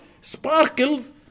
sparkles